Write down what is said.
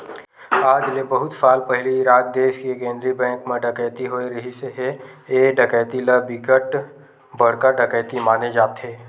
आज ले बहुत साल पहिली इराक देस के केंद्रीय बेंक म डकैती होए रिहिस हे ए डकैती ल बिकट बड़का डकैती माने जाथे